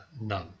none